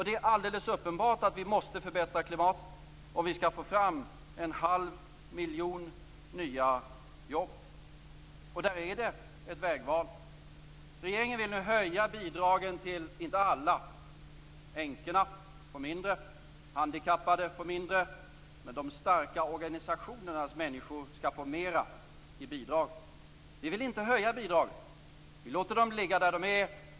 Det är alldeles uppenbart att vi måste förbättra klimatet om vi skall få fram en halv miljon nya jobb. Det är ett vägval. Regeringen vill nu höja bidragen, men inte till alla. Änkorna får mindre. De handikappade får mindre, men de starka organisationernas människor skall få mera i bidrag. Vi vill inte höja bidrag. Vi låter dem ligga där de är.